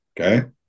okay